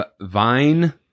Vine